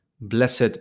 blessed